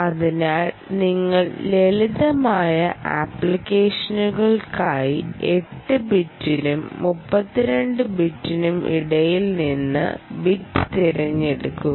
അതിനാൽ നിങ്ങൾ ലളിതമായ ആപ്ലിക്കേഷനുകൾക്കായി 8 ബിറ്റിനും 32 ബിറ്റിനും ഇടയിൽ നിന്ന് 8 ബിറ്റ് തിരഞ്ഞെടുക്കുക